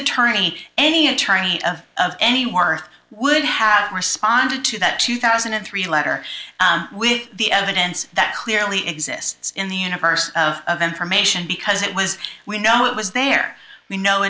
attorney any attorney of any worth would have responded to that two thousand and three letter with the evidence that clearly exists in the universe of information because it was we know it was there we know